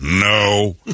No